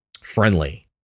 friendly